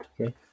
okay